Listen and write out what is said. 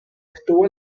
estuvo